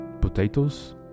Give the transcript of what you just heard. potatoes